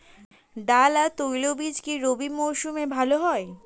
ডাল আর তৈলবীজ কি রবি মরশুমে ভালো হয়?